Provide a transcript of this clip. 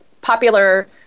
popular